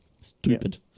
Stupid